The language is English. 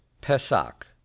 Pesach